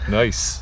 nice